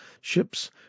ships